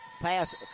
pass